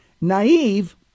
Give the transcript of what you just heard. Naive